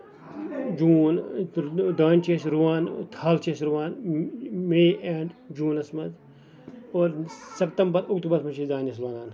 جوٗن دانہِ چھِ أسۍ رُوان تھل چھِ أسۍ رُوان مٔی اینٛڈ جوٗنَس منٛز اور سپتمبر اوٚکتوٗبرَس منٛز چھِ أسۍ دانہِ أسۍ لونان